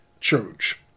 church